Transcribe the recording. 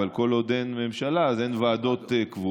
אבל כל עוד אין ממשלה אז אין ועדות קבועות,